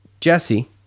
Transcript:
Jesse